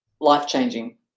life-changing